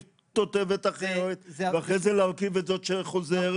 תותבת אחרת ואחרי זה להרכיב את זו שחוזרת.